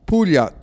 Puglia